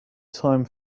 time